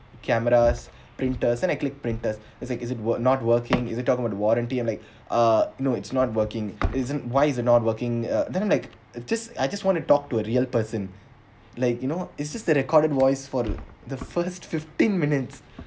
cameras printers then I click printers like is it work not working if you talk about the warranty and like uh no it's not working isn't why is it not working uh then like it just I just want to talk to a real person like you know it's just that recorded voice for the first fifteen minutes